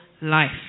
life